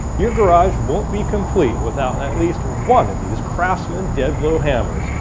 your garage won't be complete without at least one of these craftsman dead-blow hammers.